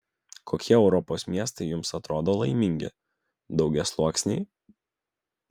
kokie europos miestai jums atrodo laimingi daugiasluoksniai